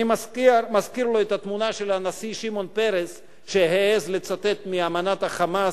אני מזכיר לו את התמונה של הנשיא שמעון פרס שהעז לצטט מאמנת ה"חמאס"